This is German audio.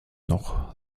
noch